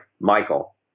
Michael